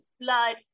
blood